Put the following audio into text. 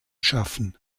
schaffen